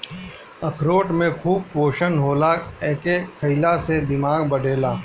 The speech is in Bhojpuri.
अखरोट में खूब पोषण होला एके खईला से दिमाग बढ़ेला